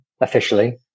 officially